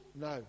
No